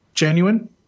genuine